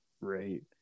right